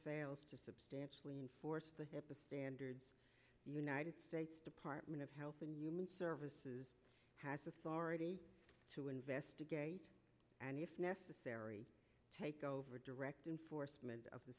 fails to substantially enforce the standards the united states department of health and human services has authority to investigate and if necessary take over direct enforcement of the